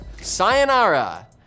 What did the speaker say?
Sayonara